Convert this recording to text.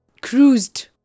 cruised